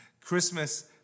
Christmas